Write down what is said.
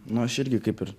nu aš irgi kaip ir